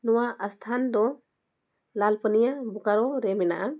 ᱱᱚᱣᱟ ᱥᱛᱷᱟᱱ ᱫᱚ ᱞᱟᱞᱯᱟᱹᱱᱤᱭᱟᱹ ᱵᱳᱠᱟᱨᱳ ᱨᱮ ᱢᱮᱱᱟᱜᱼᱟ